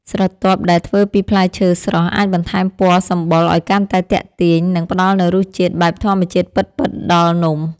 ស្រទាប់ដែលធ្វើពីផ្លែឈើស្រស់អាចបន្ថែមពណ៌សម្បុរឱ្យកាន់តែទាក់ទាញ និង ផ្ដល់នូវរសជាតិបែបធម្មជាតិពិតៗដល់នំ។